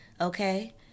Okay